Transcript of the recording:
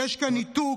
יש כאן ניתוק.